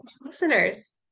listeners